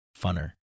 funner